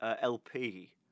LP